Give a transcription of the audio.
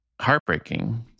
heartbreaking